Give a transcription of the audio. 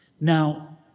Now